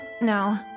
No